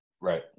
Right